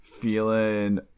Feeling